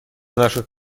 наших